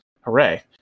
Hooray